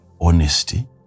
honesty